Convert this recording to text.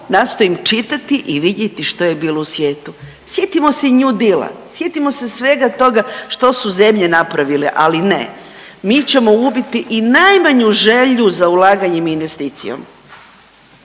nastojim čitati i vidjeti što je bilo u svijetu. Sjetimo se New Deala, sjetimo se svega toga što su zemlje napravile. Ali ne, mi ćemo ubiti i najmanju želju za ulaganjem i investicijom.